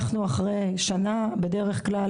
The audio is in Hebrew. אנחנו אחרי שנה בדרך כלל,